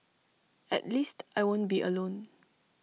at least I won't be alone